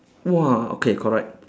!wah! okay correct